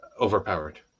overpowered